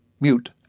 mute